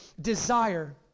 desire